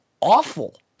awful